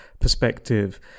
perspective